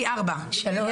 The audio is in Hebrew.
מגיל 4 עד